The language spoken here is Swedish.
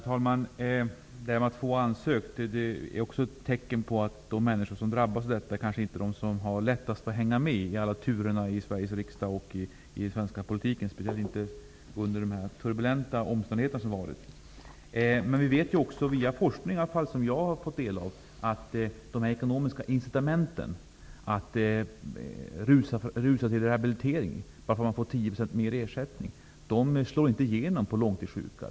Herr talman! Det här med att få har ansökt om att få en högre ersättning är ett tecken på att de människor som drabbas kanske inte är de som har lättast att hänga med i alla turer i Sveriges riksdag och i svensk politik -- speciellt inte under den turbulens som varit. I alla fall via forskning som jag tagit del av är det känt att de ekonomiska incitamenten att rusa i väg för att få rehabilitering bara för att man får 10 % mer i ersättning inte slår igenom när det gäller de långtidssjuka.